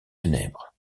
funèbre